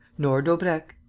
nor daubrecq.